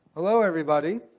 hello everybody.